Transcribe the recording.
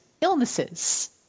illnesses